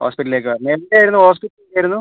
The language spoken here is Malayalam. ഹോസ്പിറ്റലിലേക്കോ എവിടെയായിരുന്നു ഹോസ്പിറ്റൽ എവിടെയായിരുന്നു